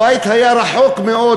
הבית היה רחוק מאוד